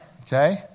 Okay